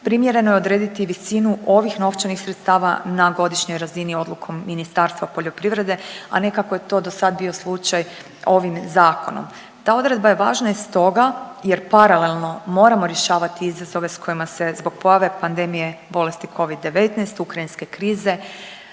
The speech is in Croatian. primjereno je odrediti visinu ovih novčanih sredstava na godišnjoj razini odlukom Ministarstva poljoprivrede, a ne kako je to dosada bio slučaj ovim zakonom. Ta odredba je važna i stoga jer paralelno moramo rješavati izazove s kojima se zbog pojave pandemije bolesti COvid-19, ukrajinske krize,